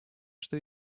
что